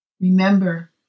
Remember